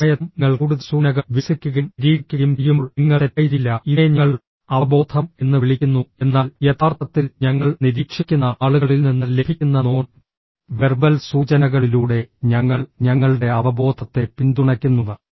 മിക്ക സമയത്തും നിങ്ങൾ കൂടുതൽ സൂചനകൾ വികസിപ്പിക്കുകയും നിരീക്ഷിക്കുകയും ചെയ്യുമ്പോൾ നിങ്ങൾ തെറ്റായിരിക്കില്ല ഇതിനെ ഞങ്ങൾ അവബോധം എന്ന് വിളിക്കുന്നു എന്നാൽ യഥാർത്ഥത്തിൽ ഞങ്ങൾ നിരീക്ഷിക്കുന്ന ആളുകളിൽ നിന്ന് ലഭിക്കുന്ന നോൺ വെർബൽ സൂചനകളിലൂടെ ഞങ്ങൾ ഞങ്ങളുടെ അവബോധത്തെ പിന്തുണയ്ക്കുന്നു